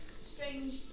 strange